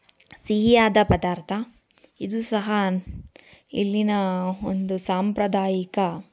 ಸಿಹಿಯಾದ ಪದಾರ್ಥ ಇದು ಸಹ ಇಲ್ಲಿನ ಒಂದು ಸಾಂಪ್ರದಾಯಿಕ